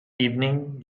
evening